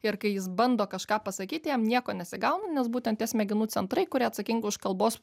ir kai jis bando kažką pasakyt jam nieko nesigauna nes būtent tie smegenų centrai kurie atsakingi už kalbos